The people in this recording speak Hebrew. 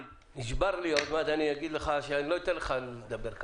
אני מנהל השירותים הווטרינריים.